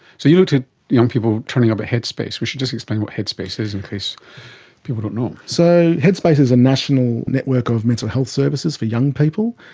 so you looked at young people turning up at headspace. we should just explain what headspace is in case people don't know. so headspace is a national network of mental health services for young people,